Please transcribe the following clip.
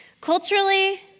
Culturally